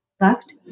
left